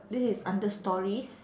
this is under stories